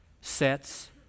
sets